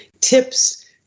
Tips